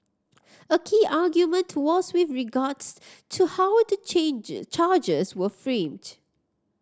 a key argument was with regards to how the changes charges were framed